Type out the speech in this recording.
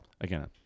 again